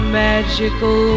magical